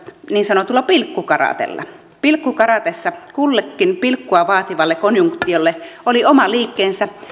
niin sanotulla pilkkukaratella pilkkukaratessa kullekin pilkkua vaativalle konjunktiolle oli oma liikkeensä